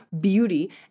beauty